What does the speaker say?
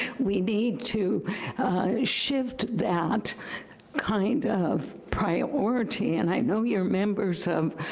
we need to shift that kind of priority, and i know you're members of,